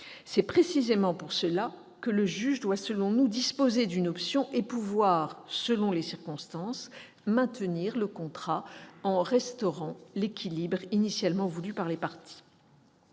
C'est précisément pour cela que le juge doit, à notre sens, disposer d'une option et pouvoir, selon les circonstances, maintenir le contrat, en restaurant l'équilibre initialement voulu par les parties.